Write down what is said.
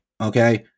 Okay